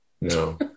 No